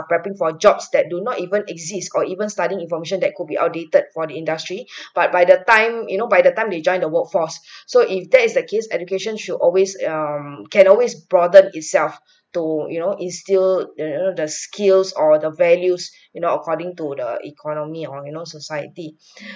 prepping for jobs that do not even exist or even studying information that could be outdated for the industry but by the time you know by the time they join the workforce so if that is the case education should always um can always broaden itself to you know instil you know the skills or the values you know according to the economy or you know society